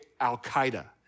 Al-Qaeda